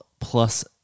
plus